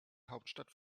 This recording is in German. hauptstadt